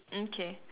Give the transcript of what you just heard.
mm K